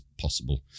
possible